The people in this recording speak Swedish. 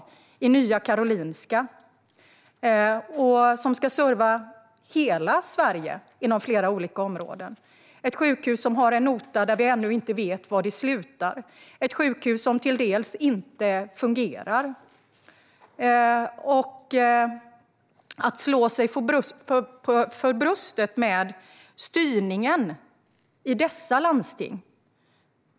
Det är Nya Karolinska, som ska serva hela Sverige inom flera olika områden. Vi vet ännu inte hur notan för detta sjukhus slutar. Det är ett sjukhus som delvis inte fungerar. Jag tycker att det är förmätet att slå sig för bröstet i fråga om styrningen i dessa landsting.